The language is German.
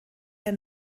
der